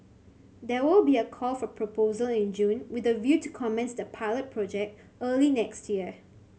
there will be a call for proposal in June with a view to commence the pilot project early next year